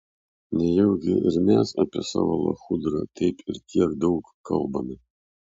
nejaugi ir mes apie savo lachudrą taip ir tiek daug kalbame